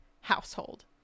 household